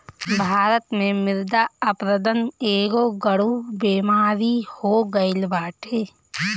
भारत में मृदा अपरदन एगो गढ़ु बेमारी हो गईल बाटे